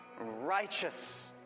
righteous